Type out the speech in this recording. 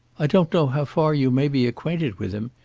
i don't know how far you may be acquainted with him.